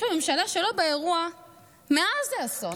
יש פה ממשלה שלא באירוע מאז האסון.